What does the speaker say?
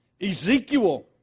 Ezekiel